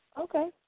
Okay